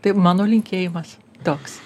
tai mano linkėjimas toks